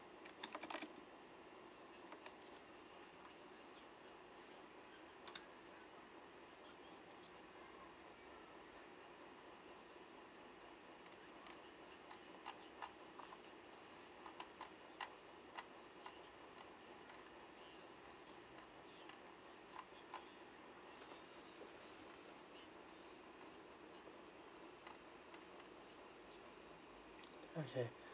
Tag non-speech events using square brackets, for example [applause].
[noise] okay